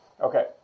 Okay